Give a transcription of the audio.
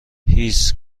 هیس